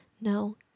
No